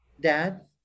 dad